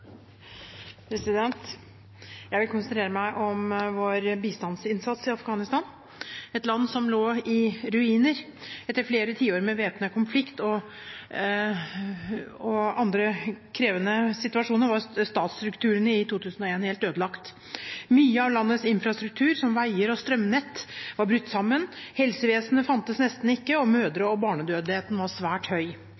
Jeg vil konsentrere meg om vår bistandsinnsats i Afghanistan – et land som lå i ruiner. Etter flere tiår med væpnet konflikt og andre krevende situasjoner var statsstrukturene i 2001 helt ødelagt. Mye av landets infrastruktur, som veier og strømnett, var brutt sammen. Helsevesen fantes nesten ikke, og mødre-